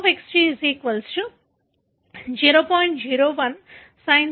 01sin 50t 3